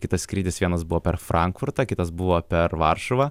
kitas skrydis vienas buvo per frankfurtą kitas buvo per varšuvą